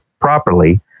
properly